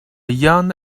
young